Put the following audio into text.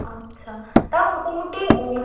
আচ্ছা তাও মোটামুটি ওই